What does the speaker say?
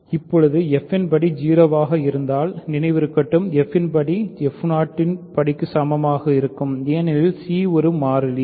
இப்போது f இன் படி 0 ஆக இருந்தால் நினைவிருக்கட்டும் f யின் படி யின் படிக்கு சமமாக இருக்கும் ஏனெனில் c ஒரு மாறிலி